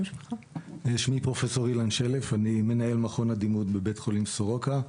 אני מנהל מכון הדימות בבית חולים סורוקה,